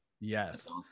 yes